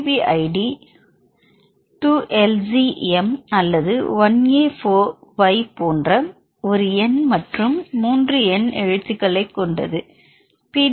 B ID 2 LZM அல்லது 1 a 4 y போன்ற ஒரு எண் மற்றும் 3 எண் எழுத்துக்களைக் கொண்டது பி